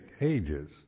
ages